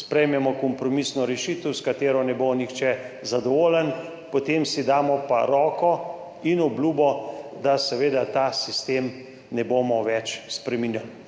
sprejmemo kompromisno rešitev, s katero ne bo nihče zadovoljen, potem si pa damo roko in obljubo, da seveda tega sistema ne bomo več spreminjali.